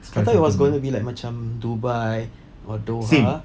I thought it was gonna be like macam dubai or doha